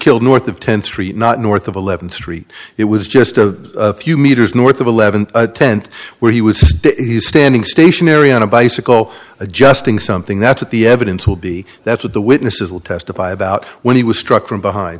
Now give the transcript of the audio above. killed north of tenth street not north of eleventh street it was just a few meters north of eleven tenth where he was standing stationary on a bicycle adjusting something that's what the evidence will be that's what the witnesses will testify about when he was struck from behind